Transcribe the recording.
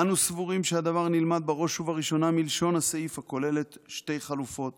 אנו סבורים שהדבר נלמד בראש ובראשונה מלשון הסעיף הכוללת שתי חלופות